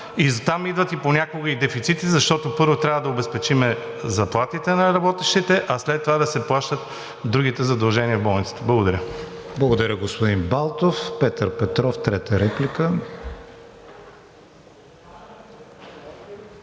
Оттам идват и понякога дефицити, защото първо трябва да обезпечим заплатите на работещите, а след това да се плащат другите задължения в болницата. Благодаря. ПРЕДСЕДАТЕЛ КРИСТИАН ВИГЕНИН: Благодаря, господин Балтов. Петър Петров – трета реплика.